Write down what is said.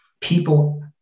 People